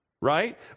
right